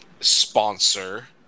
sponsor